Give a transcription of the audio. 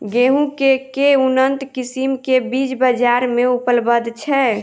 गेंहूँ केँ के उन्नत किसिम केँ बीज बजार मे उपलब्ध छैय?